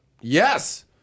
Yes